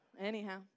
anyhow